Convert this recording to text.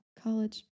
college